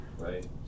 right